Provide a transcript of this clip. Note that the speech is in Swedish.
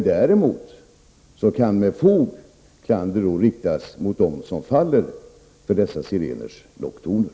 Däremot kan med fog klander riktas mot den som faller för dessa sireners locktoner.